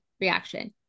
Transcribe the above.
reaction